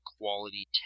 quality